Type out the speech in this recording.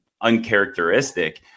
uncharacteristic